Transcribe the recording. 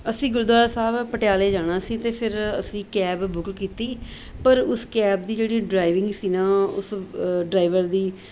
ਅਸੀਂ ਗੁਰਦੁਆਰਾ ਸਾਹਿਬ ਪਟਿਆਲੇ ਜਾਣਾ ਸੀ ਅਤੇ ਫਿਰ ਅਸੀਂ ਕੈਬ ਬੁੱਕ ਕੀਤੀ ਪਰ ਉਸ ਕੈਬ ਦੀ ਜਿਹੜੀ ਡਰਾਈਵਿੰਗ ਸੀ ਨਾ ਉਸ ਡਰਾਈਵਰ ਦੀ